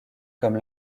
comme